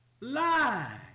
lie